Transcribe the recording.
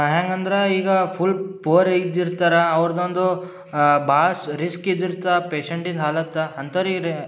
ಹ್ಯಾಂಗಂದ್ರೆ ಈಗ full poor age ಇರ್ತಾರ ಅವ್ರ್ದೊಂದು ಭಾಳಷ್ಟು ರಿಸ್ಕ್ ಇದ್ದಿರ್ತದ ಪೇಶಂಟಿದ ಹಾಲತ ಅಂಥವ್ರಿಗಿ